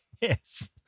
Yes